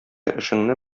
эшеңне